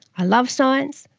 i love science,